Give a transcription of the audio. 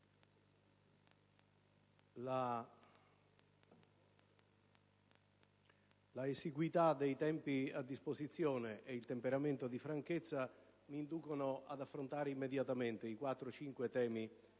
l'esiguità dei tempi a disposizione e il temperamento di franchezza mi inducono ad affrontare immediatamente i quattro